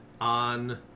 on